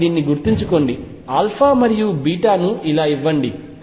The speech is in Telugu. కాబట్టి దీన్ని గుర్తుంచుకోండి మరియు ఇలా ఇవ్వండి